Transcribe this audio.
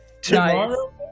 Tomorrow